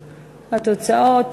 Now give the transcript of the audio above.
התוצאות: